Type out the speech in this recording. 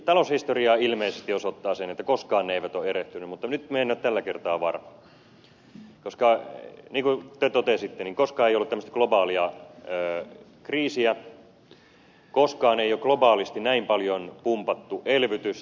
taloushistoria ilmeisesti osoittaa sen että koskaan osakekurssit eivät ole erehtyneet mutta nyt en ole tällä kertaa varma koska niin kuin te totesitte koskaan ei ole ollut tämmöistä globaalia kriisiä koskaan ei ole globaalisti näin paljon pumpattu elvytystä